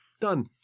Done